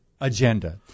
agenda